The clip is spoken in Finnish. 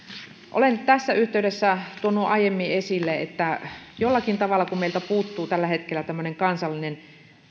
olen tässä yhteydessä tuonut aiemmin esille että jollakin tavalla kun meiltä puuttuu tällä hetkellä kansallinen